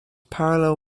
parallel